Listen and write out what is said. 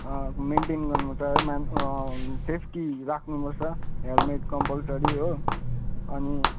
maintain गर्नु छ safety राख्नुपर्छ हेलमेट कम्पलसरी हो अनि